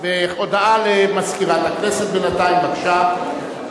הודעה למזכירת הכנסת בינתיים, בבקשה.